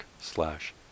slash